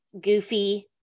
goofy